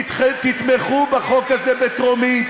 תתמכו בחוק הזה בטרומית,